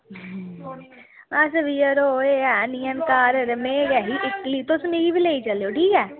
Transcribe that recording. असें बी यरो एह् हैन निं हैन घर में गै इक्कली ते तुस मिगी बी लेई चलेओ ठीक ऐ